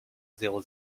zéro